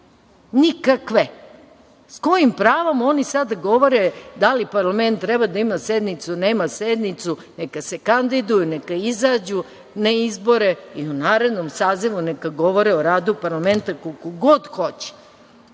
Nikakve! Sa kojim pravom oni sada govore da li parlament treba da ima sednicu, nema sednicu? Neka se kandiduju, neka izađu na izbore i na narednom sazivu neka govore o radu parlamenta koliko god hoće,